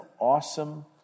awesome